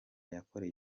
yakoreye